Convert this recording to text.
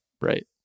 right